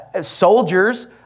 Soldiers